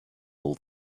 all